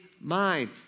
mind